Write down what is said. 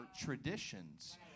traditions